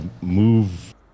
move